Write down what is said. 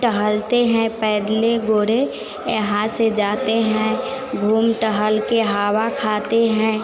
टहलते हैं पैदल गोडे यह हाथ से जाते हैं घूम टहलकर हवा खाते हैं